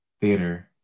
Theater